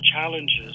challenges